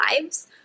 lives